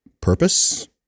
purpose